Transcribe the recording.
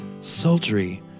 sultry